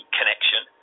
connection